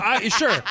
Sure